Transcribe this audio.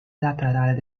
lateral